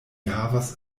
havas